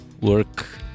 Work